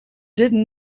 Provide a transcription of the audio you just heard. didn’t